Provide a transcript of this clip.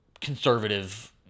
conservative